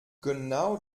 genau